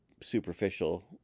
superficial